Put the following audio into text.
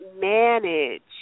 manage